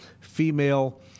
female